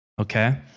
okay